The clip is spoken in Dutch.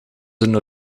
een